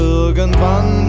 irgendwann